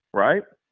right?